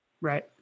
Right